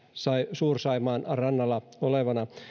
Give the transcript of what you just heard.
suur saimaan rannalla olevana